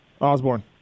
Osborne